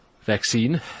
vaccine